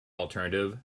alternative